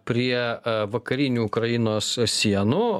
prie vakarinių ukrainos sienų